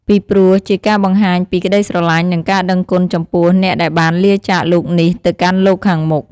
ពីព្រោះ ជាការបង្ហាញពីក្តីស្រឡាញ់ និងការដឹងគុណចំពោះអ្នកដែលបានលាចាកលោកនេះទៅកាន់លោកខាងមុខ។